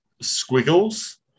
Squiggles